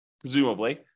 presumably